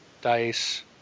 Dice